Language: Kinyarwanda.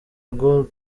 rwo